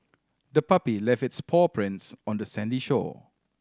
the puppy left its paw prints on the sandy shore